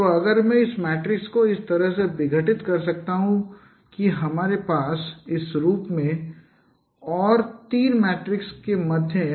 तो अगर मैं इस मैट्रिक्स को इस तरह से विघटित कर सकता हूं कि हमारे पास इस रूप में और इस 3 मैट्रिस के मध्य में है